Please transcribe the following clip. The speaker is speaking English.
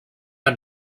are